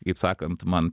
kaip sakant man